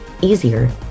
easier